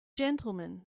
gentlemen